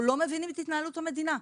אנחנו לא מבינים את התנהלות המדינה.